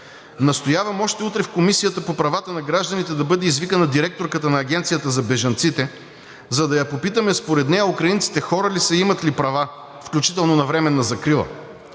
Настоявам още утре в Комисията по правата на гражданите да бъде извикана директорката на Агенцията за бежанците, за да я попитаме според нея украинците хора ли са и имат ли права, включително на временна закрила.